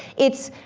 it's,